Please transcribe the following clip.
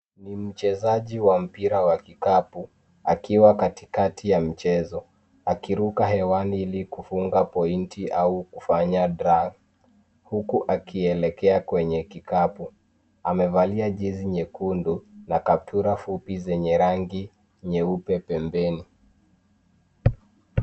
Ni mchezaji wa mpira wa kikapu akiwa katikati ya mchezo akiruka hewani ili kufunga pointi au kufanya drag huku akielekea kwenye kikapu. Amevalia jezi nyekundu na kaptura fupi zenye rangi nyeupe pembeni.